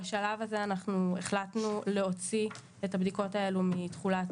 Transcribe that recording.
בשלב הזה אנחנו החלטנו להוציא את הבדיקות האלו מתחולת